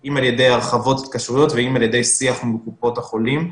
אם על ידי הרחבות התקשרויות ואם על ידי שיח עם קופות החולים,